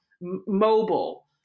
mobile